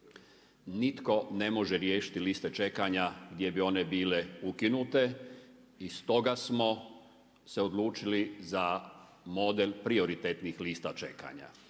nitko ne može riješiti liste čekanja gdje bi one bile ukinute i stoga smo se odlučili za model prioritetnih lista čekanja.